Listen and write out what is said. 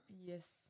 yes